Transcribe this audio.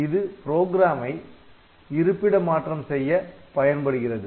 இது புரோகிராமை program நிரல் இருப்பிடமாற்றம் செய்ய பயன்படுகிறது